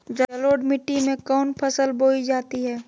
जलोढ़ मिट्टी में कौन फसल बोई जाती हैं?